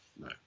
no